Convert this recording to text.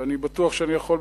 אני בטוח שאני יכול,